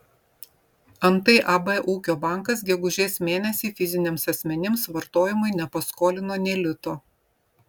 antai ab ūkio bankas gegužės mėnesį fiziniams asmenims vartojimui nepaskolino nė lito